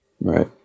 Right